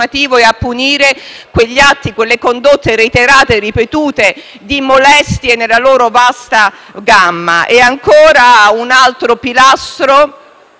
e a punire quelle condotte reiterate e ripetute di molestie nella loro vasta gamma. E ancora, un altro pilastro